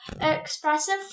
expressive